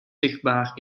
zichtbaar